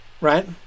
right